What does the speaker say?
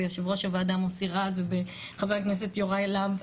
ביו"ר הוועדה מוסי רז ובחה"כ יוראי להב.